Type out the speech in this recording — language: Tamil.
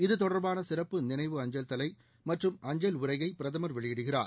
இதுதொடர்பான சிறப்பு நினைவு அஞ்சல் தலை மற்றும் அஞ்சல் உறையை பிரதமர் வெளியிடுகிறார்